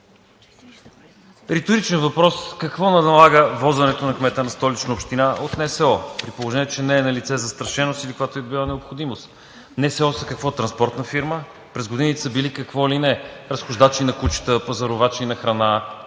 Риторичен въпрос: какво налага возенето на кмета на Столична община от НСО, при положение че не е налице застрашеност или каквато и да е била необходимост? НСО – какво, транспортна фирма ли е? През годините са били какво ли не: разхождачи на кучета, пазарувачи на храна,